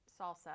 salsa